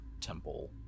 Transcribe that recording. temple